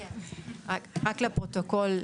רק לפרוטוקול,